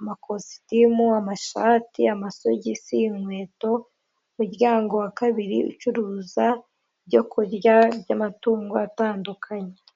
amakositimu, amashati, amasosogisi, inkweto. Umuryango wa kabiri ucuruza ibyo kurya by'amatungo atandukanye.